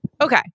Okay